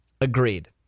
Agreed